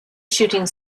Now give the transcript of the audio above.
shooting